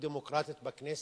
אנטי-דמוקרטית בכנסת,